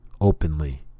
openly